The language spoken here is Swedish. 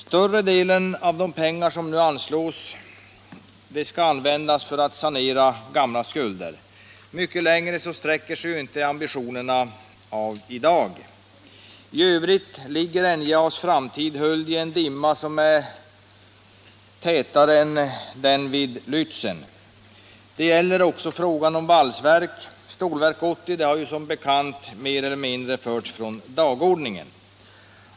Större delen av de pengar som nu anslås skall användas för att sanera gamla skulder. Mycket längre sträcker sig inte ambitionerna i dag. I övrigt ligger NJA:s framtid höljd i en dimma som är tätare än den vid Lätzen. Det gäller också frågan om valsverk. Stålverk 80 har som bekant mer eller mindre förts från dagordningen.